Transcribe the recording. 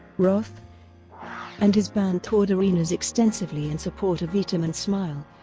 roth and his band toured arenas extensively in support of eat em and smile,